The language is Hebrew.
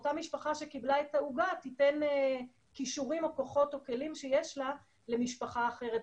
שקיבלה את העוגה תיתן כישורים או כוחות או כלים שיש לה למשפחה אחרת.